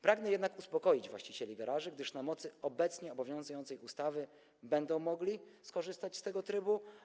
Pragnę jednak uspokoić właścicieli garaży, gdyż na mocy obecnie obowiązującej ustawy będą mogli skorzystać z tego trybu.